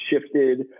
shifted